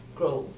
grow